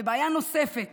בעיה נוספת